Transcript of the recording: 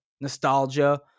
nostalgia